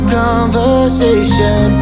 conversation